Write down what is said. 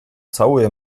całuje